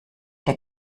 der